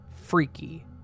freaky